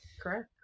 Correct